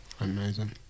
amazing